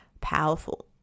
powerful